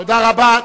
תודה רבה.